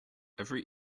every